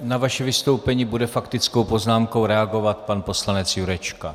Na vaše vystoupení bude faktickou poznámkou reagovat pan poslanec Jurečka.